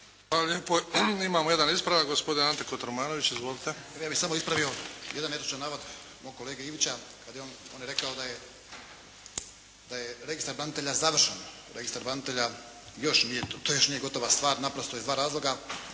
Hvala lijepo. Imamo jedan ispravak, gospodin Ante Kotromanović. Izvolite. **Kotromanović, Ante (SDP)** Ja bih samo ispravio jedan netočan navod, mog kolege Ivića kada je on, on je rekao da je registar branitelja završen, registar branitelja još nije, to još nije gotova stvar, naprosto iz dva razloga.